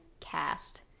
Cast